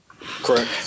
Correct